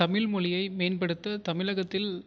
தமிழ் மொழியை மேம்படுத்த தமிழகத்தில்